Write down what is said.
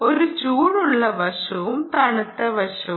ഒരു ചൂടുള്ള വശവും തണുത്ത വശവും